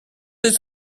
ces